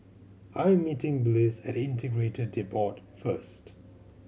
I am meeting Bliss at Integrated Depot first